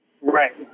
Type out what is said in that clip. Right